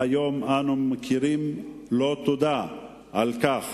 והיום אנו מכירים לו תודה על כך